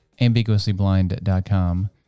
ambiguouslyblind.com